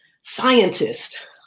scientist